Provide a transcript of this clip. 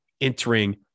entering